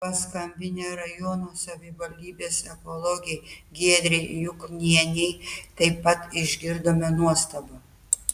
paskambinę rajono savivaldybės ekologei giedrei juknienei taip pat išgirdome nuostabą